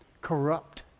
corrupt